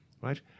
right